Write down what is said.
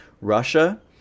Russia